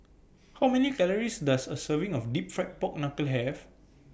How Many Calories Does A Serving of Deep Fried Pork Knuckle Have